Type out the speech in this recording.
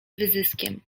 wyzyskiem